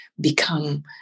become